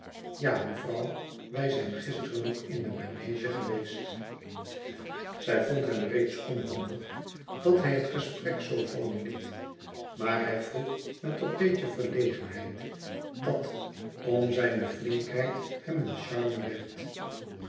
ja mevrouw wij zijn gisteren nog in de manège geweest zij vond hem reeds onhandig dat hij het gesprek zoo vallen liet maar hij vroeg met dat béetje verlegenheid dat om zijne flinkheid hem een